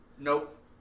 Nope